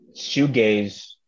Shoegaze